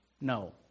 No